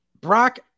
Brock